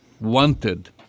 wanted